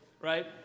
Right